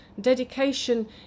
dedication